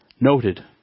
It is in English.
noted